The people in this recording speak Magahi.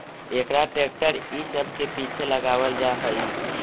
एकरा ट्रेक्टर इ सब के पीछे लगावल जा हई